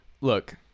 look